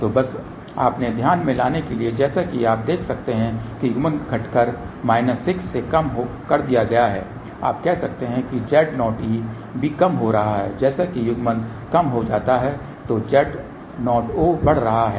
तो बस अपने ध्यान में लाने के लिए जैसा कि आप देख सकते हैं कि युग्मन घटाकर माइनस 6 से कम कर दिया गया है आप कह सकते हैं कि Z0e भी कम हो रहा है जैसे कि युग्मन कम हो जाता है तो Z0o बढ़ रहा है